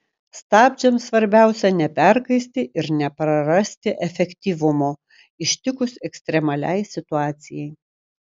stabdžiams svarbiausia neperkaisti ir neprarasti efektyvumo ištikus ekstremaliai situacijai